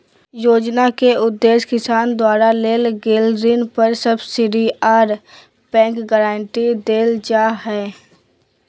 योजना के उदेश्य किसान द्वारा लेल गेल ऋण पर सब्सिडी आर बैंक गारंटी देल जा हई